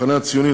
המחנה הציוני,